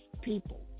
people